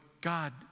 God